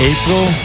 April